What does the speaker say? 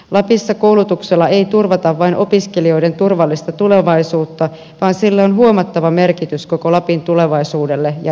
lapissa koulutuksella ei turvata vain opiskelijoiden turvallista tulevaisuutta vaan sillä on huomattava merkitys koko lapin tulevaisuudelle ja elinvoimaisuudelle